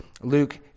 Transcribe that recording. Luke